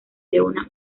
leona